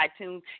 iTunes